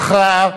הכרעה